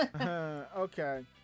okay